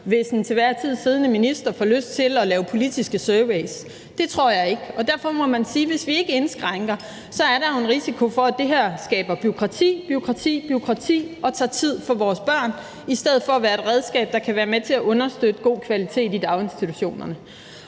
hvis den til enhver tid siddende minister får lyst til at lave politiske surveys? Det tror jeg ikke, og derfor må man sige, at hvis vi ikke indskrænker, er der jo en risiko for, at det her skaber bureaukrati, bureaukrati, bureaukrati og tager tid fra vores børn i stedet for at være et redskab, der kan være med til at understøtte god kvalitet i daginstitutionerne.